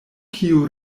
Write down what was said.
kiu